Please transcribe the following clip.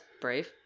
brave